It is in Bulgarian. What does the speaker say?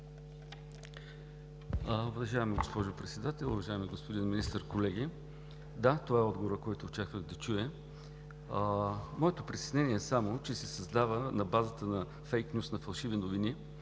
Уважаема госпожо Председател, уважаеми господин Министър, колеги! Да, това е отговорът, който очаквах да чуя. Моето притеснение е само, че се създава, на базата на fake news – на фалшиви новини.